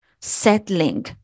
settling